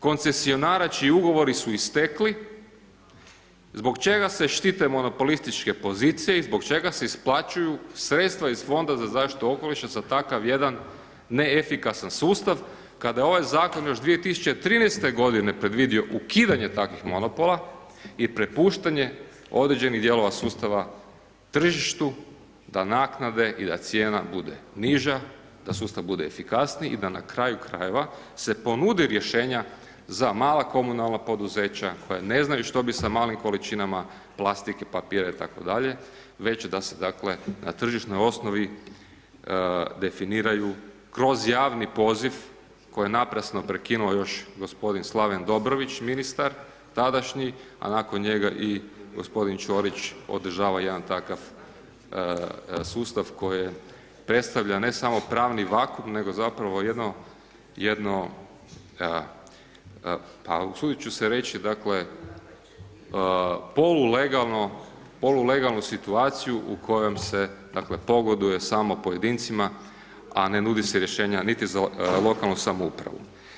koncesionara čiji ugovori su istekli zbog čega se štite monopolističke pozicije i zbog čega se isplaćuju sredstva iz fonda za zaštitu okoliša za takav jedan ne efikasan sustav kada je ovaj zakon još 2013. godine predvidio ukidanje takvih monopola i prepuštanje određenih dijelova sustava tržištu da naknade i da cijena bude niža, da sustav bude efikasniji i da na kraju krajeva se ponude rješenja za mala komunalna poduzeća koja ne znaju što bi sa malim količinama plastike, papira itd., već da se dakle na tržišnoj osnovi definiraju kroz javni poziv koji je naprasno prekinuo još gospodin Slaven Dobrović, ministar tadašnji a nakon njega i gospodin Ćorić održava jedan takav sustav koji predstavlja ne samo pravni vakuum nego zapravo jedno pa usuditi ću se reći dakle polulegalnu situaciju u kojoj se dakle pogoduje samo pojedincima a ne nudi se rješenja niti za lokalnu samoupravu.